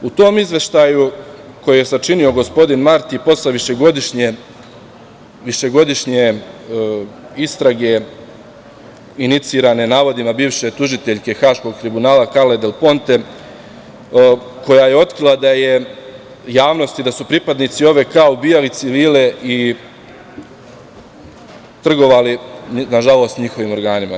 U tom izveštaju koji je sačinio gospodin Marti posle višegodišnje istrage inicirane navodima bivše tužiteljke Haškog tribunala Karle del Ponte, koja je otkrila javnosti da su pripadnici OVK ubijali civile i trgovali, na žalost, njihovim organima.